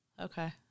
Okay